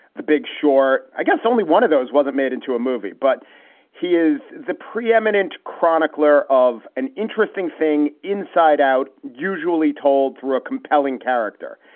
the big shaw. i guess only one of those wasn't made into a movie. but he is the preeminent chronicler of an interesting thing inside out, usually told through a compelling character.